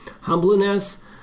humbleness